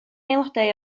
aelodau